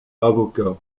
avocat